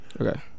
Okay